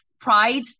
pride